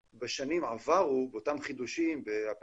אם מדובר בשלוש שנים, אין לי בעיה.